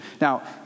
Now